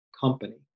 company